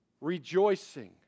Rejoicing